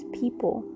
people